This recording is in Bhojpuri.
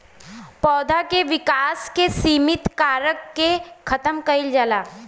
पौधा के विकास के सिमित कारक के खतम कईल जाला